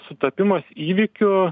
sutapimas įvykių